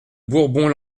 bourbon